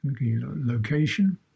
location